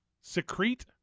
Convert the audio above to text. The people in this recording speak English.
Secrete